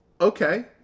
okay